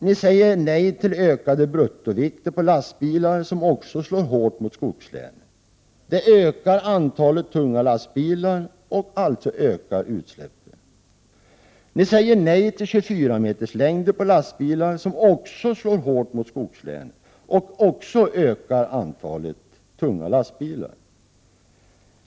Ni säger nej till ökade bruttovikter på lastbilar, vilket också slår hårt mot skogslänen. Det ökar antalet tunga lastbilar och därmed utsläppen. Ni säger nej till lastbilar på 24 meter, vilket också slår hårt mot skogslänen och ökar antalet tunga lastbilar.